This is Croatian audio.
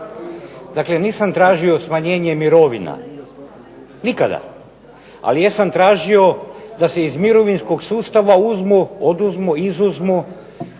Dakle nisam tražio smanjenje mirovina, nikada, ali jesam tražio da se iz mirovinskog sustav uzmu, oduzmu, izuzmu